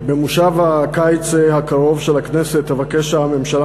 במושב הקיץ הקרוב של הכנסת תבקש הממשלה